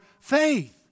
faith